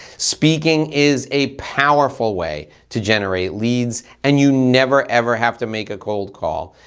speaking is a powerful way to generate leads and you never, ever have to make a cold call.